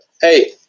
Hey